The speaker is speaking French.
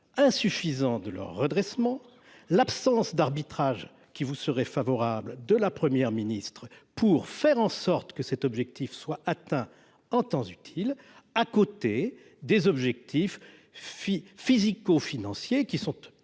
insuffisant de leur redressement, l'absence d'arbitrage qui vous serait favorable de la Première ministre pour atteindre cet objectif en temps utile, à côté des objectifs physico-financiers qui sont